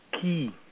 key